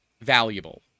valuable